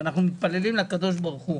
ואנחנו מתפללים לקדוש ברוך,